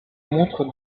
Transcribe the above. montre